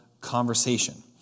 conversation